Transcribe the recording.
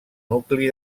nucli